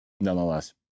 nonetheless